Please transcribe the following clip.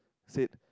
said